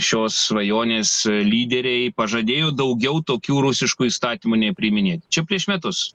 šios svajonės lyderiai pažadėjo daugiau tokių rusiškų įstatymų nepriiminėti čia prieš metus